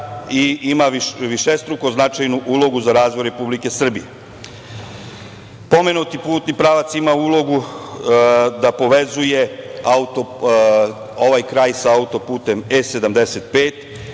ima višestruko značajnu ulogu za razvoj Republike Srbije. Pomenuti putni pravac ima ulogu da povezuje ovaj kraj sa auto-putem E75